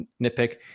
nitpick